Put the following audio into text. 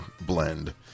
blend